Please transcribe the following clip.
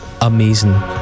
amazing